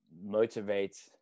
motivate